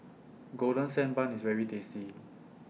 Golden Sand Bun IS very tasty